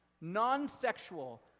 non-sexual